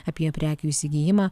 apie prekių įsigijimą